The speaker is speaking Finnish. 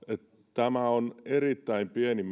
tämä on erittäin pieni